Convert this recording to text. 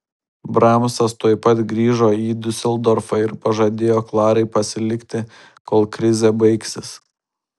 bramsas tuoj pat grįžo į diuseldorfą ir pažadėjo klarai pasilikti kol krizė baigsis